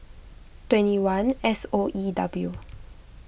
twenty one S O E W